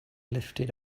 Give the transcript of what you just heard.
lifted